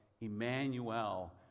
Emmanuel